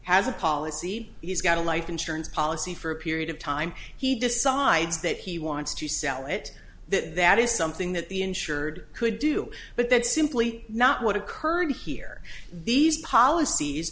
has a policy he's got a life insurance policy for a period of time he decides that he wants to sell it that that is something that the insured could do but that's simply not what occurred here these policies